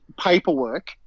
paperwork